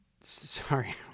Sorry